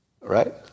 Right